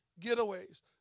getaways